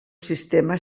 sistema